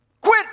Quit